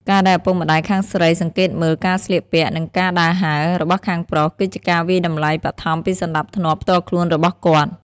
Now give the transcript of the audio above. ការដែលឪពុកម្ដាយខាងស្រីសង្កេតមើល "ការស្លៀកពាក់ និងការដើរហើរ" របស់ខាងប្រុស គឺជាការវាយតម្លៃបឋមពីសណ្ដាប់ធ្នាប់ផ្ទាល់ខ្លួនរបស់គាត់។